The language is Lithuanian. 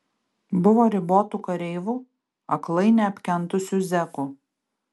buvo ribotų kareivų aklai neapkentusių zekų